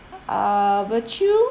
uh virtue